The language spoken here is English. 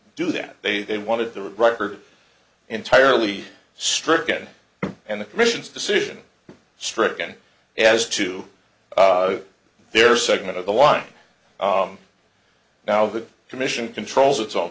do that they wanted the record entirely stricken and the commission's decision stricken as to their segment of the line now the commission controls its own